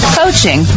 coaching